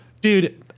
Dude